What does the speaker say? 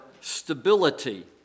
stability